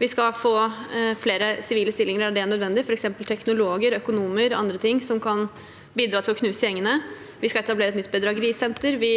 vi skal få flere sivile stillinger der det er nødvendig, f.eks. teknologer, økonomer og andre som kan bidra til å knuse gjengene. Vi skal etablere et nytt bedragerisenter, og vi